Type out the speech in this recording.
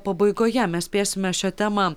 pabaigoje mes spėsime šią temą